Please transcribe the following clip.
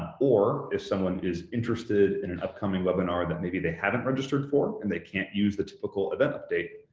or, if someone is interested in an upcoming webinar that maybe they haven't registered for and they can't use the typical event update,